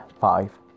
five